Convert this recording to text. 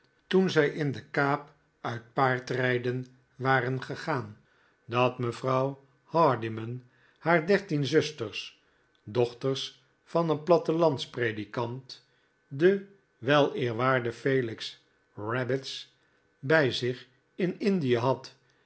toen zij in de kaap uit paardrijden waren gegaan dat mevrouw hardyman haar dertien zusters dochters van een plattelandspredikant den weleerwaarden felix rabbits bij zich in indie had